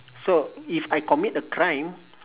so if I commit a crime